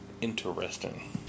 Interesting